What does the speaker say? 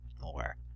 more